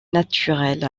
naturel